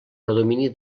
predomini